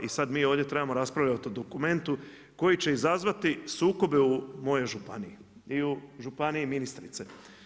I sada mi ovdje trebamo raspravljati o dokumentu koji će izazvati sukobe u mojoj županiji i u županiji ministrice.